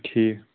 ٹھیٖک